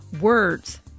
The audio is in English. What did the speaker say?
words